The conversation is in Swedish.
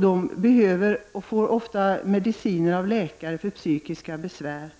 De får ofta mediciner av läkare för psykiska besvär.